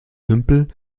tümpel